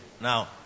now